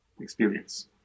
experience